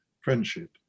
friendship